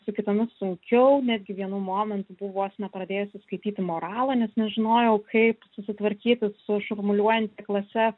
su kitomis sunkiau netgi vienu momentu buvau vos ne pradėjusi skaityti moralą nes nežinojau kaip susitvarkyti su šurmuliuojanti klase